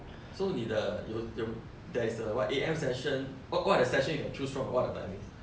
so 你的有有 there is what A_M session wha~ what the session you can choose from what are the timing